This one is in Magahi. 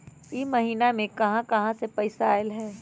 इह महिनमा मे कहा कहा से पैसा आईल ह?